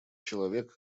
человек